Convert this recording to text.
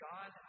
God